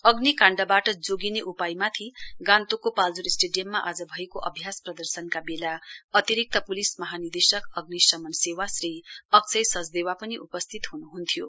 अग्निकाण्डबाट जोगिने उपायमाथि गान्तोकको पाल्जोर स्टेडियममा आज भएको अभ्यास प्रदर्शनका वेला अतिरिक्त पुलिस महानिर्देशक अग्नि शमन सेवा श्री अक्षय सचदेवा पनि उपस्थित हुनुहुन्थ्यो